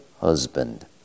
husband